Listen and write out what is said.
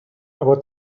aber